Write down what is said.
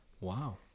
Wow